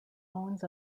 owns